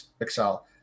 excel